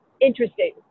interesting